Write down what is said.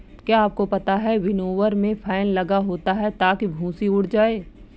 क्या आपको पता है विनोवर में फैन लगा होता है ताकि भूंसी उड़ जाए?